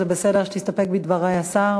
זה בסדר שתסתפק בדברי השר,